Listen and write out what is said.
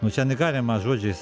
nu čia negalima žodžiais